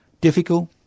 difficult